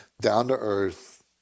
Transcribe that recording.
down-to-earth